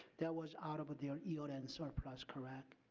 that was out of their year end surplus, correct?